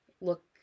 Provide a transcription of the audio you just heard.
look